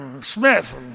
Smith